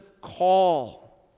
call